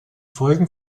folgen